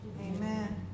Amen